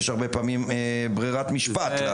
יש הרבה פעמים ברירת משפט.